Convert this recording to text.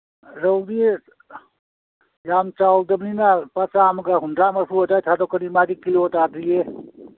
ꯔꯧꯗꯤ ꯌꯥꯝ ꯆꯥꯎꯗꯝꯅꯤꯅ ꯂꯨꯄꯥ ꯆꯥꯝꯃꯒ ꯍꯨꯝꯗ꯭ꯔꯥ ꯃꯔꯐꯨ ꯑꯗꯥꯏ ꯊꯥꯗꯣꯛꯀꯅꯤ ꯃꯥꯗꯤ ꯀꯤꯂꯣ ꯇꯥꯗ꯭ꯔꯤꯌꯦ